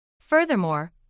Furthermore